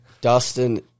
dustin